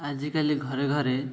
ଆଜିକାଲି ଘରେ ଘରେ